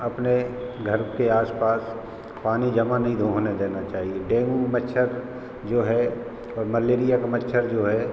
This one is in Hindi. अपने घर के आस पास पानी जमा नहीं होने देना चाहिए डेंगू मच्छर जो है और मलेरिया का मच्छर जो है